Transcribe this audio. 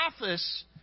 office